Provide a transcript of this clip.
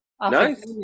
Nice